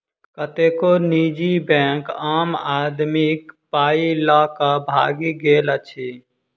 कतेको निजी बैंक आम आदमीक पाइ ल क भागि गेल अछि